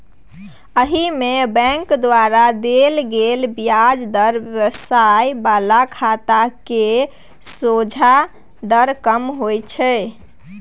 एहिमे बैंक द्वारा देल गेल ब्याज दर व्यवसाय बला खाता केर सोंझा दर कम होइ छै